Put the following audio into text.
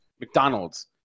McDonald's